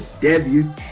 debut